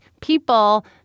people